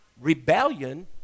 rebellion